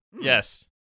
Yes